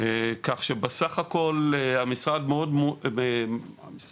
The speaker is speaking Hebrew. כך שבסך הכל המשרד, האגף